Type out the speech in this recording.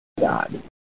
God